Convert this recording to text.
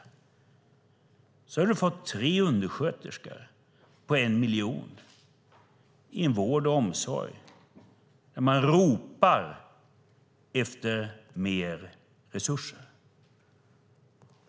För 1 miljon kronor hade du fått tre undersköterskor i en vård och omsorg där man ropar efter mer resurser.